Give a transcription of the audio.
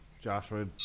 Joshua